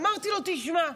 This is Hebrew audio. אמרתי לו: תשמע,